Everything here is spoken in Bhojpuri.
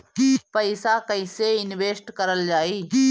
पैसा कईसे इनवेस्ट करल जाई?